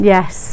Yes